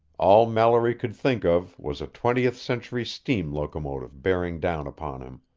all mallory could think of was a twentieth-century steam locomotive bearing down upon him.